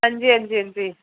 हां जी हां जी हां जी